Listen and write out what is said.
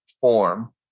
form